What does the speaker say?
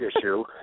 issue